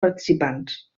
participants